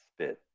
Spit